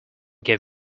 gave